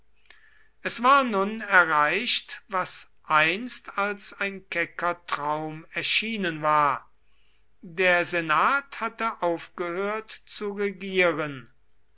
es war nun erreicht was einst als ein kecker traum erschienen war der senat hatte aufgehört zu regieren